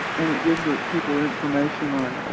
and it gives ah people information on